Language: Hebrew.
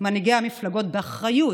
מנהיגי המפלגות באחריות.